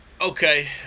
Okay